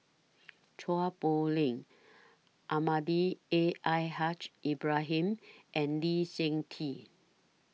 Chua Poh Leng Almahdi A I Haj Ibrahim and Lee Seng Tee